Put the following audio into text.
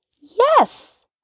yes